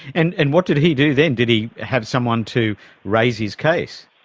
and and what did he do then, did he have someone to raise his case?